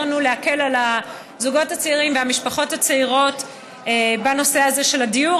לנו להקל על הזוגות הצעירים והמשפחות הצעירות בנושא הזה של הדיור.